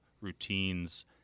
routines